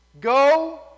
Go